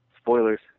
Spoilers